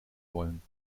wollen